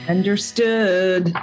Understood